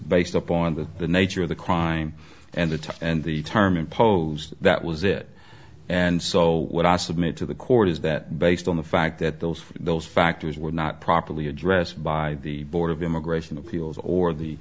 based upon the nature of the crime and the time and the term imposed that was it and so what i submit to the court is that based on the fact that those those factors were not properly addressed by the board of immigration appeals or